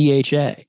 DHA